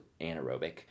anaerobic